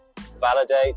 validate